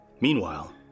Meanwhile